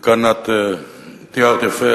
וכאן את תיארת יפה,